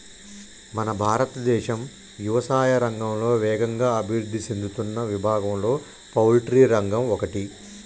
మన భారతదేశం యవసాయా రంగంలో వేగంగా అభివృద్ధి సేందుతున్న విభాగంలో పౌల్ట్రి రంగం ఒకటి